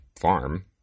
farm